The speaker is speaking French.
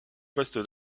poste